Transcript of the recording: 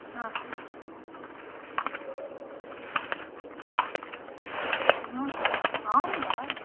हा हा हा आं वा